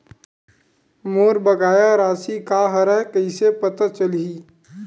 मोर बकाया राशि का हरय कइसे पता चलहि?